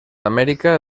amèrica